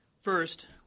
First